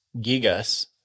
Gigas